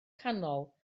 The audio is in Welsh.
canol